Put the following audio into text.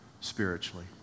spiritually